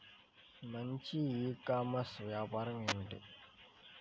మంచి e commerce వ్యాపారం ఏమిటీ?